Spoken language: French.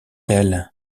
elle